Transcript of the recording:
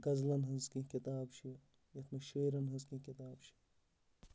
غزلَن ہٕنٛز کینٛہہ کِتاب چھِ یَتھ منٛز شٲعرَن ہٕنٛز کینٛہہ کِتاب چھِ